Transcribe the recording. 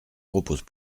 propose